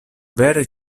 vere